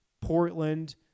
Portland